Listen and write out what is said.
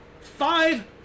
five